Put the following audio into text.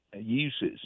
uses